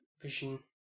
vision